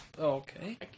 Okay